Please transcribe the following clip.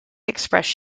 expressed